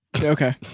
okay